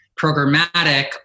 Programmatic